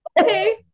Okay